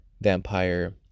vampire